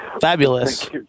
Fabulous